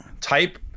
type